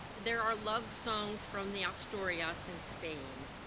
there are love songs from the asturias in spain.